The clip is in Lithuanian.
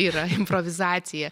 yra improvizacija